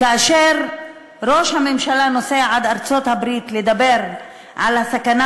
כאשר ראש הממשלה נוסע עד ארצות-הברית לדבר על הסכנה